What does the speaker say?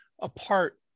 apart